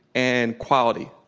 and quality.